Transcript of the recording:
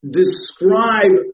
describe